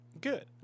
Good